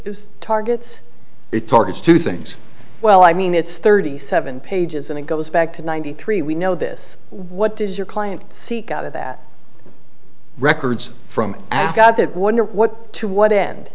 is targets it targets two things well i mean it's thirty seven pages and it goes back to ninety three we know this what does your client seek out of that records from afghani that wonder what to what